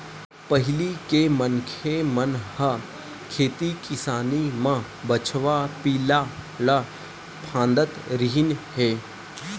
पहिली के मनखे मन ह खेती किसानी म बछवा पिला ल फाँदत रिहिन हे